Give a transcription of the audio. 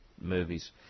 movies